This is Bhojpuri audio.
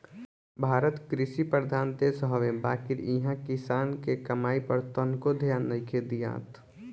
भारत कृषि प्रधान देश हवे बाकिर इहा किसान के कमाई पर तनको ध्यान नइखे दियात